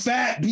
Fat